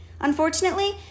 Unfortunately